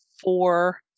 four